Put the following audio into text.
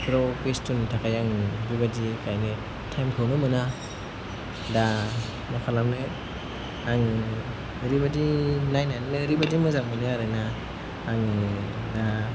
बेयाव बेस्थ'नि थाखाय आं बेबादि गायनो टाइमखौनो मोना दा मा खालामनो आं ओरैबादि नायनानैनो ओरैबादि मोजां मोनो आरोना आंनि दा